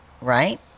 right